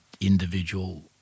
individual